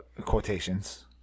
quotations